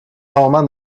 rarement